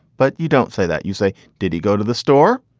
but you don't say that. you say, did he go to the store?